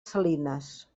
salines